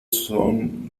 son